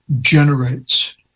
generates